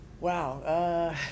Wow